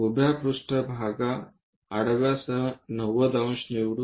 उभ्या पृष्ठभाग आडवासह 90 अंश निवडू